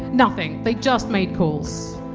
nothing! they just made calls!